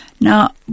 Now